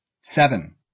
Seven